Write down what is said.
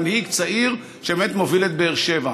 והוא מנהיג צעיר שבאמת מוביל את באר שבע.